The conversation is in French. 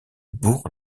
bourg